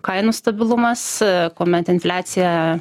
kainų stabilumas kuomet infliacija